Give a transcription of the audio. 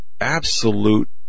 absolute